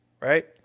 right